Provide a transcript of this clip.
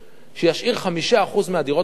שישאיר 5% מהדירות בדיור הציבורי.